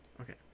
Okay